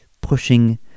pushing